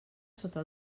sota